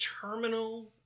terminal